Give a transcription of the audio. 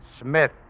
Smith